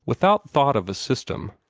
without thought of system,